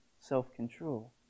self-control